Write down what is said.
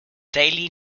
daily